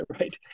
right